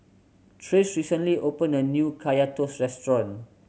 Trace recently opened a new Kaya Toast restaurant